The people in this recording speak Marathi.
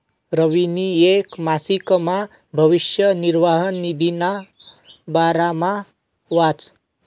रवीनी येक मासिकमा भविष्य निर्वाह निधीना बारामा वाचं